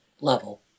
level